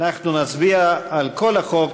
אנחנו נצביע על כל החוק,